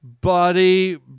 buddy